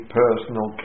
personal